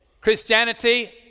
Christianity